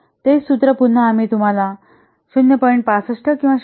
तेच सूत्र पुन्हा आम्ही तुम्हाला 0